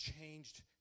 changed